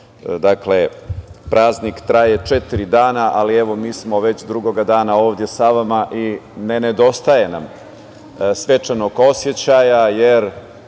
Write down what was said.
da ovaj praznik traje četiri dana, ali evo mi smo već drugog dana ovde sa vama i ne nedostaje nam stečenog osećaja, jer